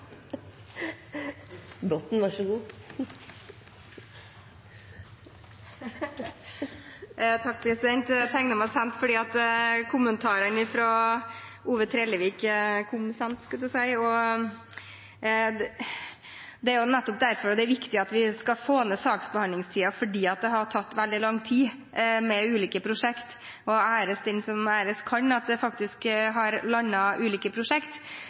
Botten tegner seg igjen, veldig sent. Jeg tegner meg sent fordi kommentarene fra Ove Trellevik kom sent. Det er viktig å få ned saksbehandlingstiden, for det har tatt veldig lang tid med ulike prosjekter. Æres den som æres bør for at ulike prosjekter faktisk er landet. Men det å si at vi har